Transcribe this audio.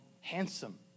handsome